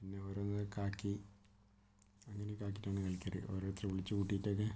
പിന്നെ ഓരോന്നൊക്കെ ആക്കി അങ്ങനെയൊക്കെ ആക്കിയിട്ടാണ് കളിക്കുന്നത് ഓരോരുത്തരെ വിളിച്ച് കൂട്ടിയിട്ടൊക്കെ